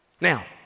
Now